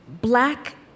black